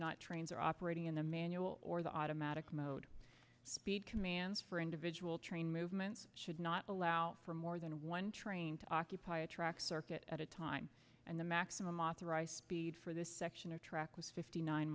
not trains are operating in the manual or the automatic mode speed commands for individual train movements should not allow for more than one train to occupy a track circuit at a time and the maximum authorized speed for this section of track was fifty nine